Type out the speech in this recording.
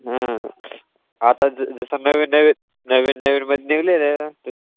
हां आता ज जसं नवीन नवीन नवीन नवीन पण निघालेले ना तसं